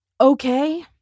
okay